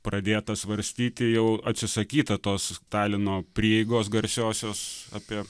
pradėta svarstyti jau atsisakyta tos stalino prieigos garsiosios apie